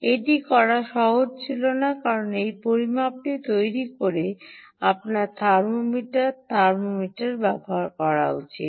এটি করা সহজ ছিল না কারণ এই পরিমাপটি তৈরি করতে আপনার থার্মোমিটার থার্মোমিটার ব্যবহার করা উচিত